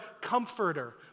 comforter